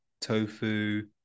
tofu